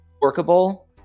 workable